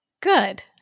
Good